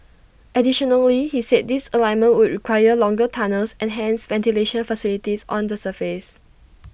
additionally he said this alignment would require longer tunnels and hence ventilation facilities on the surface